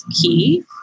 key